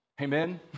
Amen